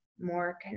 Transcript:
more